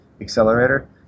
Accelerator